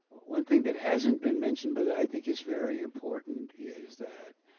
one thing that hasn't been mentioned, but i think is very important is that